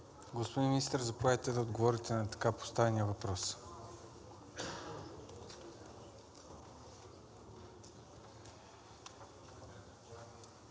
Господин Министър, заповядайте да отговорите на така поставения въпрос.